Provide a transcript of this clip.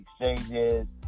exchanges